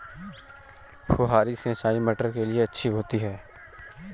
फुहारी सिंचाई मटर के लिए अच्छी होती है?